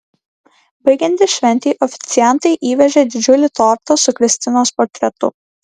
baigiantis šventei oficiantai įvežė didžiulį tortą su kristinos portretu